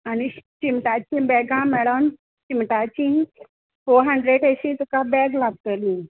आनी शि शिम्टाचीं बॅगां मॅडम शिमटाचीं फो हँड्रेड एशीं तुका बॅग लागतलीं